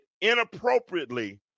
inappropriately